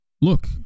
look